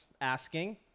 asking